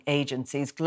agencies